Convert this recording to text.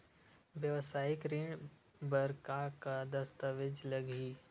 वेवसायिक ऋण बर का का दस्तावेज लगही?